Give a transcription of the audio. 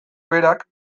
berak